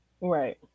right